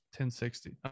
1060